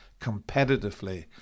competitively